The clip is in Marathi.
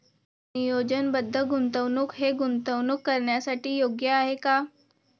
नियोजनबद्ध गुंतवणूक हे गुंतवणूक करण्यासाठी योग्य आहे का?